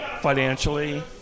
financially